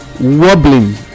wobbling